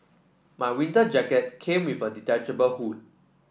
my winter jacket came with a detachable hood